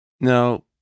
Now